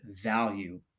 value